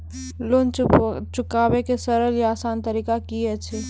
Loan चुकाबै के सरल या आसान तरीका की अछि?